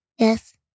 Yes